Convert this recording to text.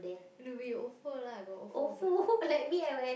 no we Ofo lah got Ofo ba~